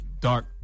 dark